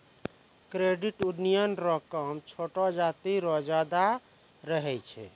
credit union रो काम छोटो जाति रो ज्यादा रहै छै